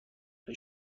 پیش